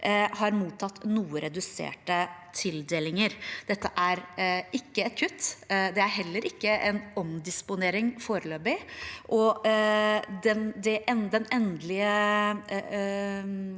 har mottatt noe reduserte tildelinger. Dette er ikke et kutt, det er heller ikke en omdisponering foreløpig, og den endelige